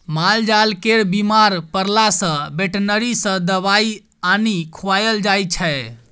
मालजाल केर बीमार परला सँ बेटनरी सँ दबाइ आनि खुआएल जाइ छै